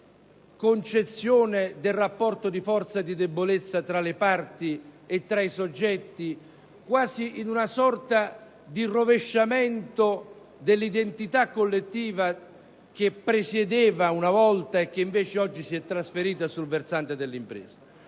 concezione del rapporto di forza e di debolezza tra le parti, quasi con una sorta di rovesciamento dell'identità collettiva che presiedeva una volta e che invece oggi si è trasferita sul versante dell'impresa.